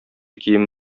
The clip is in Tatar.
киеме